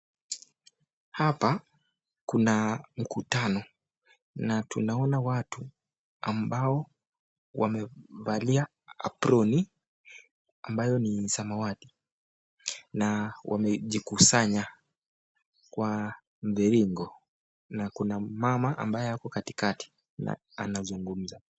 Hapa kuna mkutano na tunaona watu ambao wamevaa aproni ambayo ni samawati. Na wamejikusanya kwa mduara na kuna mama ambaye yuko katikati na anazungumza.